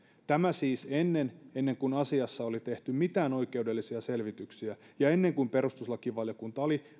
tämä siis ennen ennen kuin asiassa oli tehty mitään oikeudellisia selvityksiä ja ennen kuin perustuslakivaliokunta oli